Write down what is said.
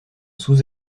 sous